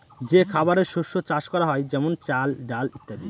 যে খাবারের শস্য চাষ করা হয় যেমন চাল, ডাল ইত্যাদি